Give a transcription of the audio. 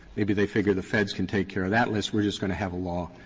maybe they figure the feds can take care of that list we're just going to have a law